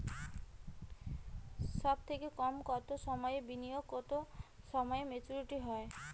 সবথেকে কম কতো সময়ের বিনিয়োগে কতো সময়ে মেচুরিটি হয়?